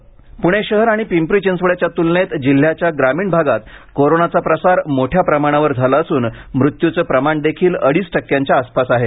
प्णे शहर आणि पिंपरी चिंचवडच्या तुलनेत जिल्ह्याच्या ग्रामीण भागात कोरोनाचा प्रसार मोठ्या प्रमाणावर झाला असून मृत्युचं प्रमाण देखील अडीच टक्क्यांच्या आसपास आहे